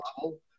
level